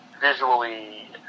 visually